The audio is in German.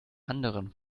anderen